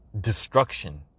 destruction